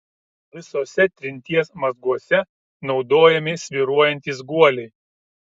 visuose trinties mazguose naudojami svyruojantys guoliai